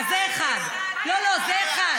אז זה, 1. מה זה שייך?